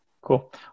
Cool